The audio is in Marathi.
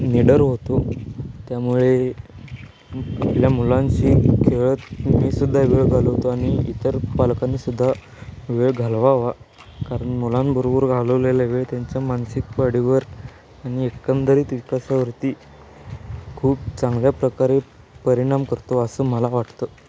निडर होतो त्यामुळे आपल्या मुलांशी खेळत मी सुद्धा वेळ घालवतो आणि इतर पालकांनीसुद्धा वेळ घालवावा कारण मुलांबरोबर घालवलेला वेळ त्यांच्या मानसिक वाढीवर आणि एकंदरीत विकासावरती खूप चांगल्या प्रकारे परिणाम करतो असं मला वाटतं